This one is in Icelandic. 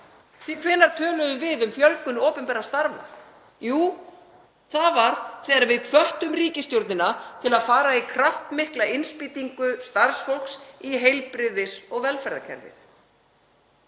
hvenær töluðum við um fjölgun opinberra starfa? Jú, það var þegar við hvöttum ríkisstjórnina til að fara í kraftmikla innspýtingu starfsfólks í heilbrigðis- og velferðarkerfið.